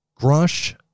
Grush